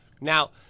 Now